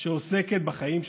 שעוסקת בחיים שלהם.